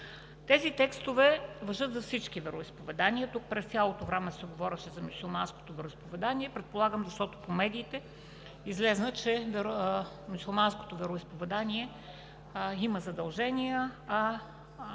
Тези текстове важат за всички вероизповедания. Тук през цялото време се говореше за мюсюлманското вероизповедание, предполагам, защото по медиите излезе, че мюсюлманското вероизповедание има задължения, а